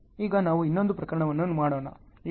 ಈಗ ನಾವು ಇನ್ನೊಂದು ಪ್ರಕರಣವನ್ನು ಮಾಡೋಣ